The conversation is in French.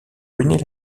ruiner